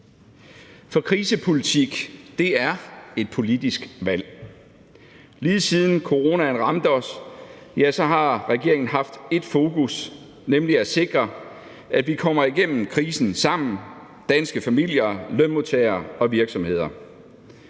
For krisepolitik er et politisk valg. Lige siden coronaen ramte os, har regeringen haft ét fokus, nemlig at sikre, at vi kommer igennem krisen sammen – danske familier, lønmodtagere og virksomheder.